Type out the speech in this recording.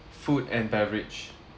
food and beverage